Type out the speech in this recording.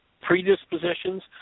predispositions